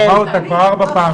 היא שמעה אותה כבר ארבע פעמים.